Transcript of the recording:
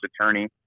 attorney